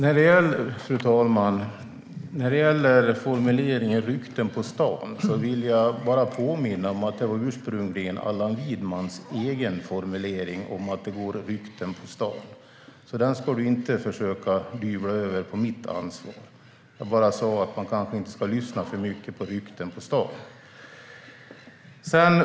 Fru talman! Jag vill påminna om att formuleringen "rykten på stan" ursprungligen var Allan Widmans egen. Den ska han inte försöka pådyvla mig. Jag sa bara att man inte ska lyssna för mycket på rykten på stan.